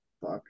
Fuck